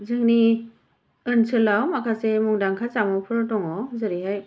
जोंनि ओनसोलाव माखासे मुंदांखा जामुंफोर दङ जेरैहाय